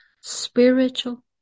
spiritual